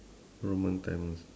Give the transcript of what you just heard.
roman time also